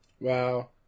Wow